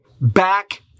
back